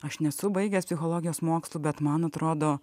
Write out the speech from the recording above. aš nesu baigęs psichologijos mokslų bet man atrodo